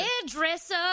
Hairdresser